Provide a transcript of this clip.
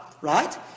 right